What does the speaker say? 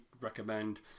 recommend